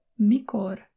Mikor